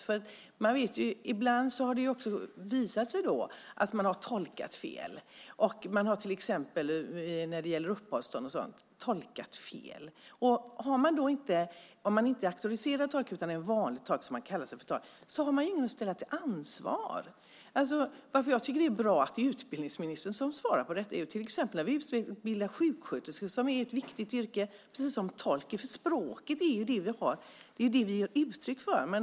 Det har ibland visat sig att någon har tolkat fel när det har handlat om uppehållstillstånd och annat. Om det då inte är en auktoriserad tolk utan en person som kallar sig för tolk finns det ingen att ställa till ansvar. Jag tycker att det är bra att det är utbildningsministern som svarar på detta. När sjuksköterskor utbildas, som har ett viktigt yrke precis som tolkar, är språket viktigt. Det är det vi uttrycker oss med.